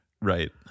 right